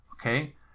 okay